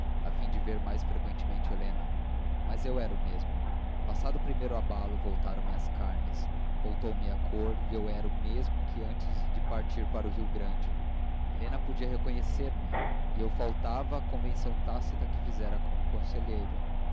fim de ver mais freqüentemente helena mas eu era o mesmo passado o primeiro abalo voltaram me as carnes voltou me a cor e eu era o mesmo que antes de partir para o rio grande helena podia reconhecer me e eu faltava à convenção tácita que fizera com o conselheiro